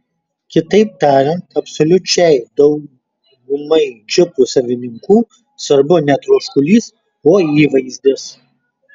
kitaip tariant absoliučiai daugumai džipų savininkų svarbu ne troškulys o įvaizdis